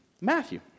Matthew